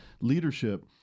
leadership